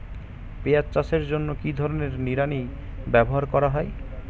পিঁয়াজ চাষের জন্য কি ধরনের নিড়ানি ব্যবহার করা হয়?